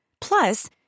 Plus